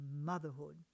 motherhood